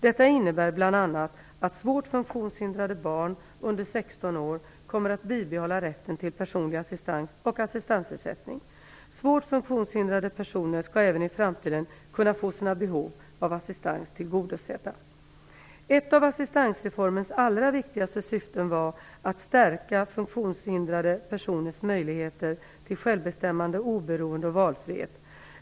Detta innebär bl.a. att svårt funktionshindrade barn under 16 år kommer att bibehålla rätten till personlig assistans och assistansersättning. Svårt funktionshindrade personer skall även i framtiden kunna få sina behov av assistans tillgodosedda. Ett av assistansreformens allra viktigaste syften var att stärka funktionshindrade personers möjligheter till självbestämmande, oberoende och valfrihet.